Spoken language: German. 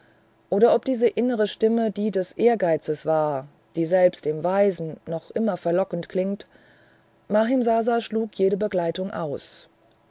oder ob diese innere stimme die des ehrgeizes war die selbst dem weisen noch immer verlockend klingt mahimsasa schlug jede begleitung aus